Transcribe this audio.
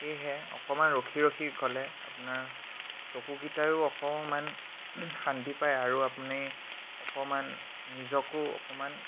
সেয়েহে অকমান ৰখি ৰখি গ'লে আপোনাৰ চকুকেইটায়ো অকমান শান্তি পায় আৰু আপুনি অকণমান নিজকো অকণমান